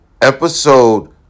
episode